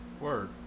Word